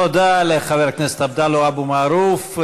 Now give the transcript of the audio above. תודה לחבר הכנסת עבדאללה אבו מערוף.